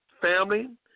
family